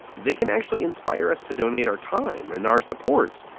they can actually inspire us to donate our time and our support,